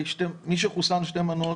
מי שחוסן שתי מנות?